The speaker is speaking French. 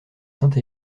sainte